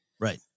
Right